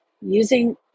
Using